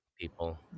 people